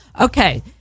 Okay